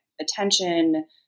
attention